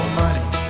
money